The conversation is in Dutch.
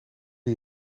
die